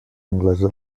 anglesa